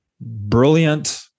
brilliant